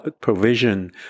provision